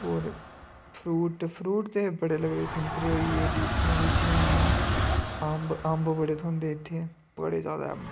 होर fruit fruit ते बड़े लगदे संतरे होई गे लिचियां लुचियां होई गेइयां अम्ब अम्ब बड़े थ्होंदे इत्थैं बड़े ज्यादा अम्ब